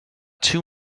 two